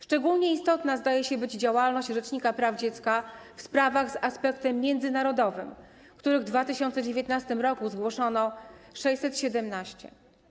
Szczególnie istotna zdaje się działalność rzecznika praw dziecka w sprawach z aspektem międzynarodowym, których w 2019 r. zgłoszono 617.